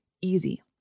easy